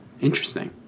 Interesting